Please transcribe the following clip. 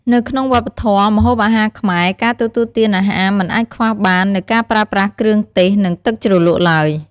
នៅក្នុងវប្បធម៌ម្ហូបអាហារខ្មែរ ការទទួលទានអាហារមិនអាចខ្វះបាននូវការប្រើប្រាស់គ្រឿងទេស និងទឹកជ្រលក់ឡើយ។